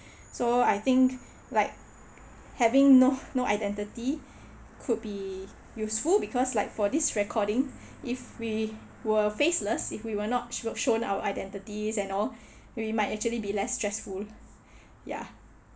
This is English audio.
so I think like having no no identity could be useful because like for this recording if we were faceless if we were not sh~ shown our identities and all we might actually be less stressful ya